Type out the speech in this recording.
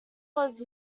was